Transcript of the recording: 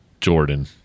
jordan